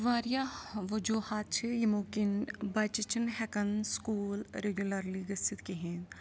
واریاہ وجوٗہات چھِ یِمو کِنۍ بَچہِ چھِنہٕ ہٮ۪کان سکوٗل ریگیوٗلَرلی گٔژھِتھ کِہیٖنۍ